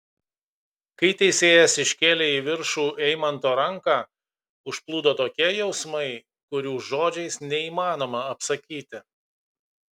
kai teisėjas iškėlė į viršų eimanto ranką užplūdo tokie jausmai kurių žodžiais neįmanoma apsakyti